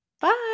bye